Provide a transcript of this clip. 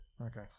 Okay